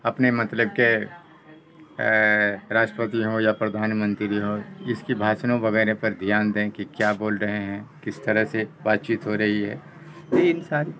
اپنے مطلب کہ راشٹراپتی ہوں یا پردھان منتری ہوں اس کی بھاسنوں وغیرہ پر دھیان دیں کہ کیا بول رہے ہیں کس طرح سے بات چیت ہو رہی ہے